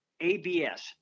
ABS